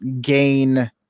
gain